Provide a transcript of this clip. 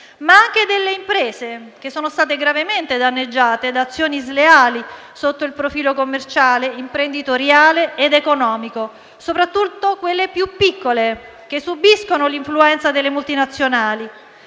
ma anche delle imprese, che sono state gravemente danneggiate da azioni sleali sotto il profilo commerciale, imprenditoriale ed economico, soprattutto quelle più piccole, che subiscono l'influenza delle multinazionali.